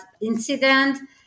incident